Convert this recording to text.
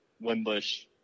Wimbush